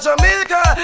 Jamaica